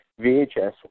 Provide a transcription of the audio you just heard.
VHS